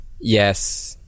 Yes